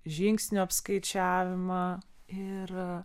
žingsnių apskaičiavimą ir